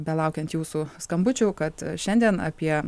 belaukiant jūsų skambučių kad šiandien apie